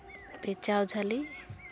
ᱯᱮᱸᱪᱟᱣ ᱡᱷᱟᱹᱞᱤ